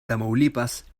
tamaulipas